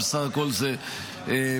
בסך הכול, בעיניי,